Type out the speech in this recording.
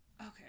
okay